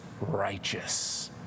righteous